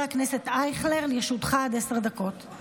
בבקשה, חבר הכנסת אייכלר, לרשותך עד עשר דקות.